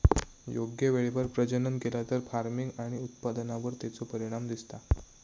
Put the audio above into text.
योग्य वेळेवर प्रजनन केला तर फार्मिग आणि उत्पादनावर तेचो परिणाम दिसता